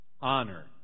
Honor